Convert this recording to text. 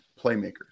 playmakers